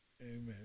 amen